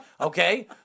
Okay